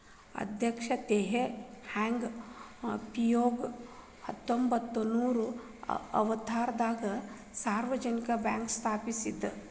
ಅಧ್ಯಕ್ಷ Teh Hong Piow ಹತ್ತೊಂಬತ್ ನೂರಾ ಅರವತ್ತಾರಗ ಸಾರ್ವಜನಿಕ ಬ್ಯಾಂಕ್ ಸ್ಥಾಪಿಸಿದ